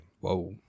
Whoa